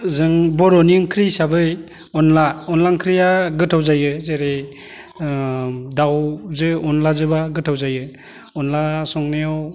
जों बर'नि ओंख्रि हिसाबै अनला अनला ओंख्रिया गोथाव जायो जेरै दाउजों अनलाजोंबा गोथाव जायो अनला संनायाव